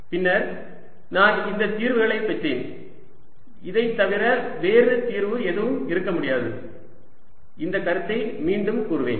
பின்னர் நான் இந்த தீர்வுகளை பெற்றேன் இதைத் தவிர வேறு தீர்வு எதுவும் இருக்க முடியாது இந்த கருத்தை மீண்டும் கூறுகிறேன்